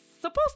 supposed